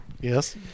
Yes